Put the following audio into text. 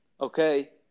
okay